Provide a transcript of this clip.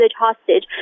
hostage